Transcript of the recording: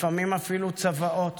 לפעמים אפילו צוואות,